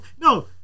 no